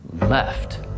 left